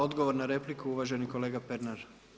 Odgovor na repliku, uvaženi kolega Pernar.